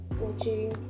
watching